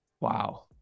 Wow